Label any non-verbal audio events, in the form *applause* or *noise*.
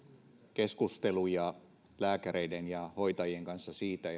keskusteluja lääkäreiden ja hoitajien kanssa siitä *unintelligible*